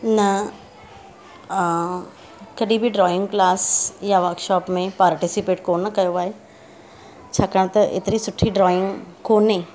न कॾहिं बि ड्रॉइंग क्लास या वर्कशॉप में पार्टिसिपेट कोन्ह कयो आहे छाकाणि त एतिरी सुठी ड्रॉइंग कोन्हे